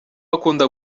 akunda